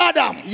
Adam